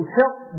help